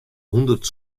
hûndert